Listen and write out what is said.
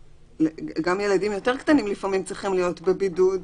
גם ילדים יותר קטנים לפעמים צריכים להיות בבידוד.